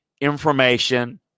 information